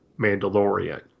Mandalorian